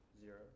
Zero